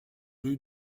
rue